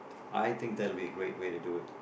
I think that will be a great way to do it